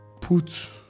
put